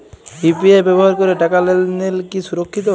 UPI ব্যবহার করে টাকা লেনদেন কি সুরক্ষিত?